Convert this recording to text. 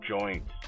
joints